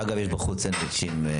אגב, יש בחוץ סנדביצ'ים.